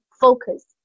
focus